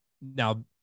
now